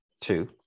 two